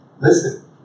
listen